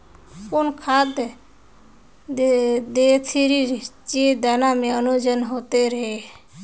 कौन खाद देथियेरे जे दाना में ओजन होते रेह?